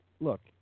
Look